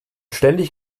ständig